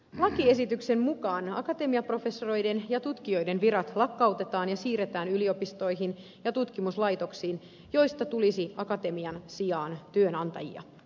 lakiesityksen mukaan akatemiaprofessoreiden ja tutkijoiden virat lakkautetaan ja siirretään yliopistoihin ja tutkimuslaitoksiin joista tulisi akatemian sijaan työnantajia